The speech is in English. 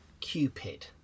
Cupid